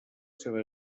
seva